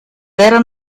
vera